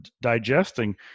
digesting